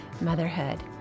motherhood